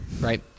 Right